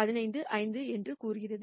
15 5 என்று கூறுகிறது